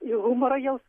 ir humoro jau